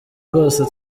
rwose